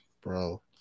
bro